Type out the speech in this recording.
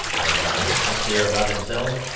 magnanimous, sincere about himself,